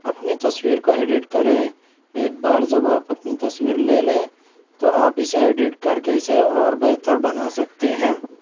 اپنی تصویر کو ایڈیٹ کریں ایک بار جب آپ اپنی تصویر لے لیں تو آپ اسے ایڈیٹ کر کے اسے اور بہتر بنا سکتے ہیں